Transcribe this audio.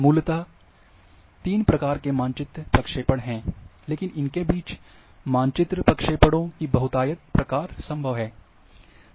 मूलतः तीन प्रकार के मानचित्र प्रक्षेपण हैं लेकिन इनके बीच मानचित्र प्रक्षेपणों के बहुयतायत प्रकार संभव हैं